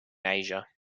asia